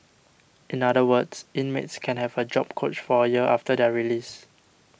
in other words inmates can have a job coach for a year after their release